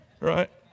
right